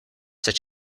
such